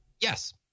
Yes